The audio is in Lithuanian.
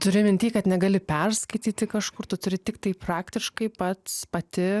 turi minty kad negali perskaityti kažkur tu turi tiktai praktiškai pats pati